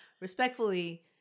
respectfully